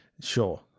Sure